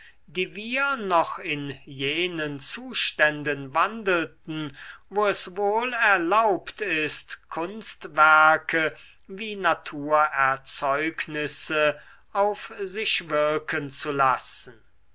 die wir noch in jenen zuständen wandelten wo es wohl erlaubt ist kunstwerke wie naturerzeugnisse auf sich wirken zu lassen